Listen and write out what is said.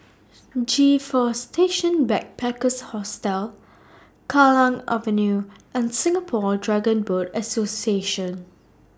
G four Station Backpackers Hostel Kallang Avenue and Singapore Dragon Boat Association